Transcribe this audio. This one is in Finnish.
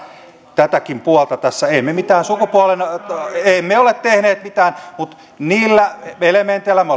tätäkin puolta tässä emme me mitään sukupuolen emme ole tehneet mitään mutta niillä elementeillä me